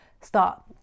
start